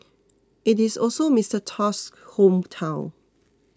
it is also Mister Tusk's hometown